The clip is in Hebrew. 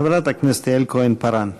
חברת הכנסת יעל כהן-פארן.